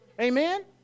Amen